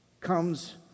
comes